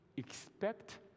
Expect